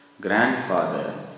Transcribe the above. grandfather